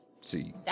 see